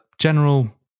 general